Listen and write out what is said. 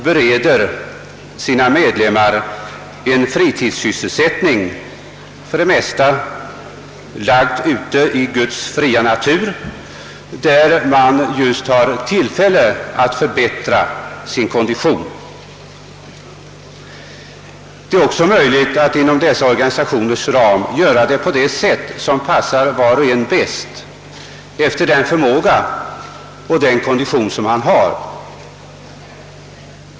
Vi vet alla vilken betydelse det har för hälsan att ha en god kondition. Samtliga dessa organisationer bereder sina medlemmar möjlighet till fritidssysselsättning i skog och mark och som kan bedrivas i den takt som vars och ens kondition tillåter.